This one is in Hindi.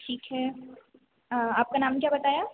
ठीक है आपका नाम क्या बताया